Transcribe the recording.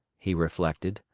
he reflected,